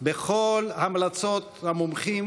בכל המלצות המומחים